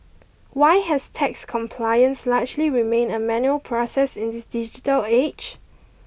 why has tax compliance largely remained a manual process in this digital age